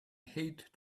hate